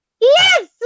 Yes